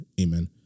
Amen